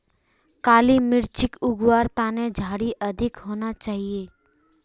काली मिर्चक उग वार तने झड़ी अधिक होना चाहिए